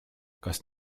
kas